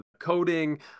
coding